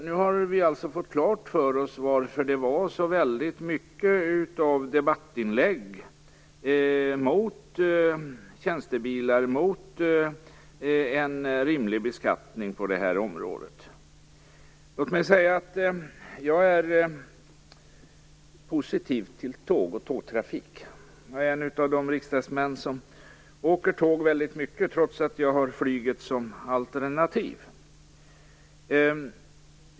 Nu har vi alltså fått klart för oss varför det förekom så många debattinlägg mot tjänstebilar och mot en rimlig beskattning på det området. Låt mig säga att jag är positiv till tåg och tågtrafik. Jag är en av de riksdagsmän som åker väldigt mycket tåg, trots att jag har flyget som alternativ.